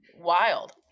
wild